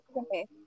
Okay